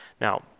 Now